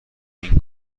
این